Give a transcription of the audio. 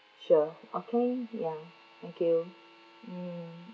sure okay ya thank you mm